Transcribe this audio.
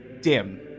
dim